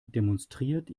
demonstriert